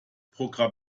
programm